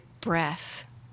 breath